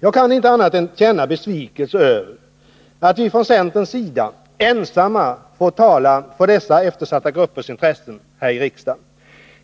Jag kan inte annat än känna besvikelse över att vi från centerns sida ensamma får tala för dessa eftersatta gruppers intressen här i riksdagen.